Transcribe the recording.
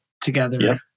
together